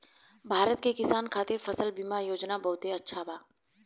भारत के किसान खातिर फसल बीमा योजना बहुत अच्छा बा